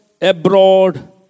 abroad